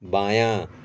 بایاں